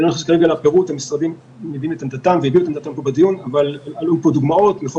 המשרדים הביעו את עמדתם בדיון ועלו דוגמאות מחוק